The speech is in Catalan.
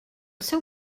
seu